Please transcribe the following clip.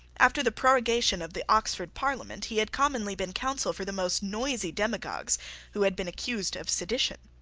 after the prorogation of the oxford parliament he had commonly been counsel for the most noisy demagogues who had been accused of sedition.